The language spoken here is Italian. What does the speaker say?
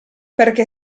perché